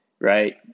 right